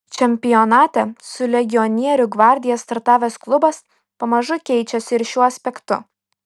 čempionate su legionierių gvardija startavęs klubas pamažu keičiasi ir šiuo aspektu